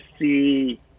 see